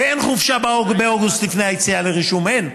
ואין חופשה באוגוסט לפני היציאה לרישום, אין.